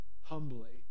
humbly